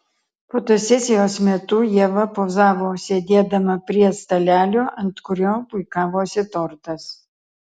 fotosesijos metu ieva pozavo sėdėdama prie stalelio ant kurio puikavosi tortas